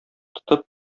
тотып